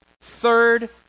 third